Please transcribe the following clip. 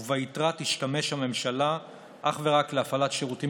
וביתרה תשתמש הממשלה אך ורק להפעלת שירותים